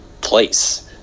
place